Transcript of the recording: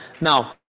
now